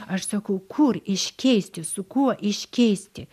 aš sakau kur iškeisti su kuo iškeisti